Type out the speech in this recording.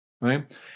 right